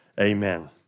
amen